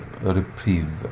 reprieve